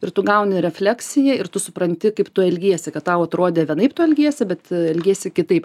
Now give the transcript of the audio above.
ir tu gauni refleksiją ir tu supranti kaip tu elgiesi kad tau atrodė vienaip tu elgiesi bet elgiesi kitaip